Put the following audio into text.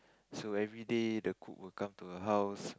so everyday the cook will come to her house